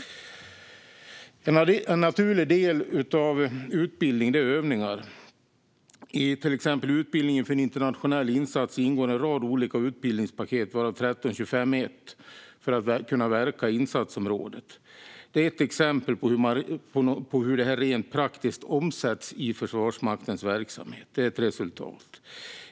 En naturlig del av utbildning är övningar. I till exempel utbildningen för en internationell insats ingår en rad olika utbildningspaket, varav 1325 är ett, för att kunna verka i insatsområdet. Det är ett exempel på hur detta rent praktiskt omsätts i Försvarsmaktens verksamhet. Det är ett resultat.